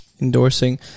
Endorsing